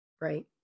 right